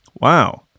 Wow